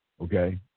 Okay